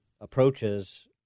approaches